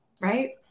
right